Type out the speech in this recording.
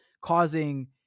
causing